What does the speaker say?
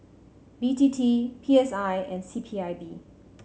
B T T P S I and C P I B